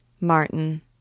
Martin